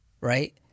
Right